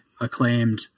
acclaimed